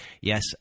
Yes